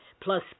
plus